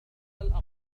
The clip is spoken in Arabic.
الأقل